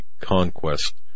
conquest